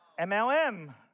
MLM